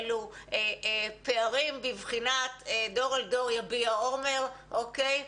אלו פערים בבחינת דור לדור יביע אומר, אוקיי?